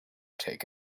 take